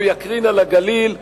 הוא יקרין על הגליל,